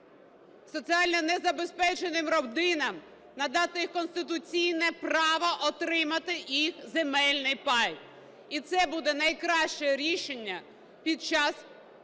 соціально незабезпеченим родинам, надати їх конституційне право отримати їх земельний пай. І це буде найкраще рішення під час